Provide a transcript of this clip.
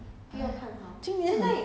我很久没有去看 dentist leh